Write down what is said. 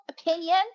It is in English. opinion